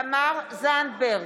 תמר זנדברג,